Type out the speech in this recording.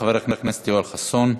חבר הכנסת יואל חסון.